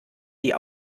die